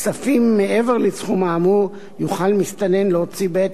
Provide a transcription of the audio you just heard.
כספים מעבר לסכום האמור יוכל מסתנן להוציא בעת